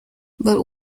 but